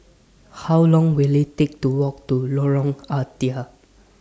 How Long Will IT Take to Walk to Lorong Ah Thia